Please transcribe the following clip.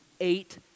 eight